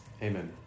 Amen